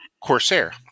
Corsair